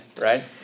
right